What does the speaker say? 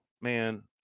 man